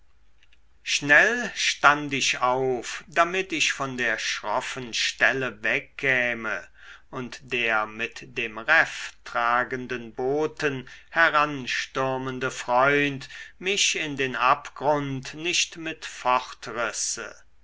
schnell stand ich auf damit ich von der schroffen stelle wegkäme und der mit dem refftragenden boten heranstürmende freund mich in den abgrund nicht mit